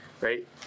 right